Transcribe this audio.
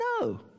No